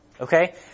okay